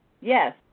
yes